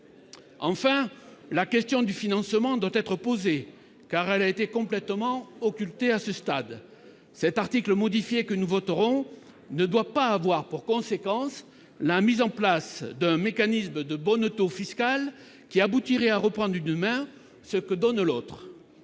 Enfin, la question du financement doit être posée, car elle a été complètement occultée à ce stade. La modification de l'article que nous voterons ne doit pas avoir pour conséquence la mise en place d'un mécanisme de bonneteau fiscal, qui aboutirait à reprendre d'une main ce qui est donné de l'autre.